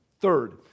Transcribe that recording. Third